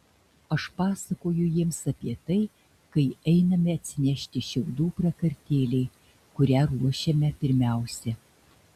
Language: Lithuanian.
aš pasakoju jiems apie tai kai einame atsinešti šiaudų prakartėlei kurią ruošiame pirmiausia